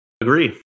agree